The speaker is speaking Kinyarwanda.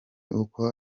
uko